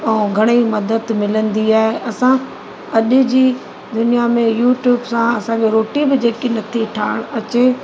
ऐं घणेई मदद मिलंदी आहे असां अॼु जी हिनीअ में यूट्यूब सां असांजी रोटीअ बि जेकी ठाहिणु अचे